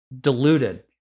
diluted